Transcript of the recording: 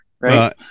right